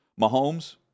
Mahomes